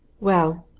well?